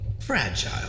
fragile